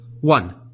One